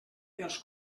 els